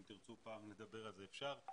אם תרצו פעם לדבר על זה אפשר,